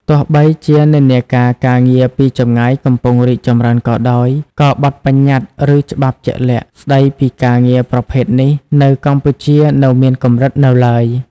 ទោះបីជានិន្នាការការងារពីចម្ងាយកំពុងរីកចម្រើនក៏ដោយ ក៏ បទប្បញ្ញត្តិ ឬច្បាប់ជាក់លាក់ ស្តីពីការងារប្រភេទនេះនៅកម្ពុជានៅមានកម្រិតនៅឡើយ។